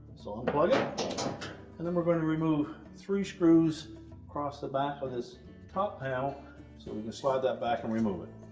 so unplug it and then we're going to remove three screws across the back of this top panel. so we can slide that back and remove it.